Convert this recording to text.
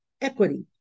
equity